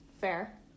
Fair